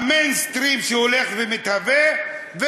מהמיינסטרים שהולך ומתהווה,